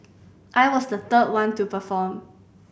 I was the third one to perform